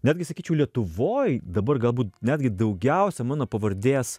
netgi sakyčiau lietuvoj dabar galbūt netgi daugiausia mano pavardės